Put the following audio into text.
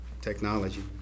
Technology